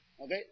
Okay